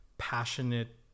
passionate